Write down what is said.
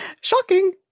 Shocking